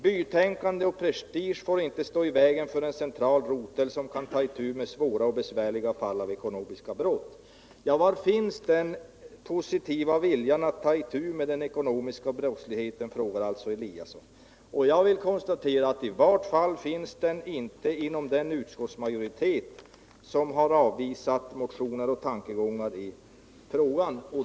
——-- Bytänkande och prestige får inte stå i vägen för en central rotel, som kan ta itu med svåra och besvärliga fall av ekonomisk brottslighet.” Ja, var finns den positiva viljan att ta itu med den ekonomiska brottsligheten? Det frågar alltså Lennart Eliasson. Jag vill konstatera att den viljan i vart fall inte finns inom den utskottsmajoritet som avvisat våra motioner och tankegångar i frågan.